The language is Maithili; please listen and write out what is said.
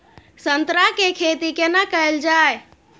संतरा के खेती केना कैल जाय?